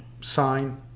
sign